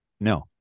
No